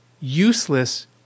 useless